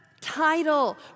title